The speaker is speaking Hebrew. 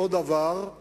הממשלה שלך.